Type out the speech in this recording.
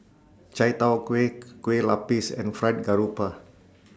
Chai Tow Kuay Kueh Lapis and Fried Garoupa